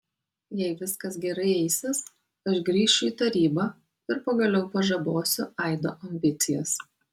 jei viskas gerai eisis aš grįšiu į tarybą ir pagaliau pažabosiu aido ambicijas